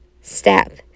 step